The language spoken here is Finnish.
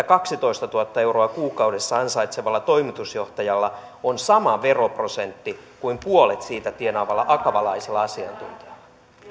kaksitoistatuhatta euroa kuukaudessa ansaitsevalla toimitusjohtajalla on sama veroprosentti kuin puolet siitä tienaavalla akavalaisella asiantuntijalla